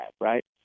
right